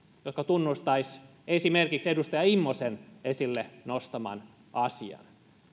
joka tunnustaisi esimerkiksi edustaja immosen esille nostaman asian